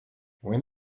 when